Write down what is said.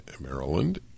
maryland